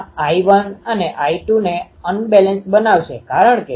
તેથી આ મૂકીને હું લખી શકું છું કે E K Ir ej2 e j૦r ej૦d2cos 2 e j૦cos 2 છે